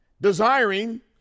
desiring